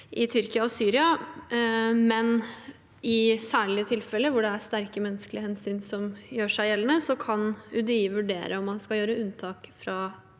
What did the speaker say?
i Tyrkia og Syria, men i særlige tilfeller hvor det er sterke menneskelige hensyn som gjør seg gjeldende, kan UDI vurdere om man skal gjøre unntak fra